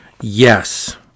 Yes